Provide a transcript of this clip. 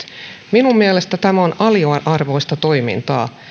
minun mielestäni tämä on ala arvoista toimintaa